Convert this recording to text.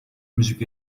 müzik